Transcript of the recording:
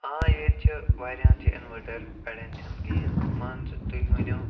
آ ییٚتہِ چھِ واریاہَن چھِ اِنوٲرٹَر اَڑیٚن چھِنہٕ کِہیٖنۍ مان ژٕ تُہۍ مٲنِو